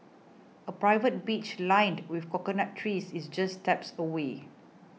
a private beach lined with coconut trees is just steps away